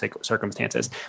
circumstances